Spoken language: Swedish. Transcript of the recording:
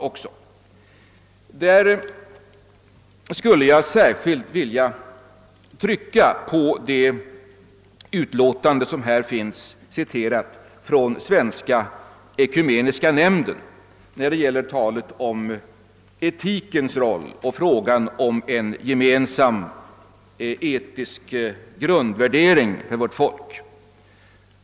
Jag skulle då särskilt vilja trycka på vad Svenska ekumeniska nämnden i sitt remissyttrande sagt när det gäller frågan om etikens roll och en gemensam etisk grundvärdering för vårt folk.